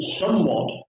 somewhat